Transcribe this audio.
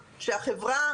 שהחברה,